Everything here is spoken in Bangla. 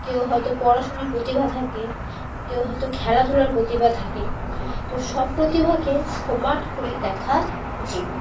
কেউ হয়তো পড়াশোনার প্রতিভা থাকে কেউ হয়তো খেলাধুলার প্রতিভা থাকে তো সব প্রতিভাকে সমান করে দেখা উচিত